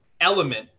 element